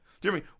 Jeremy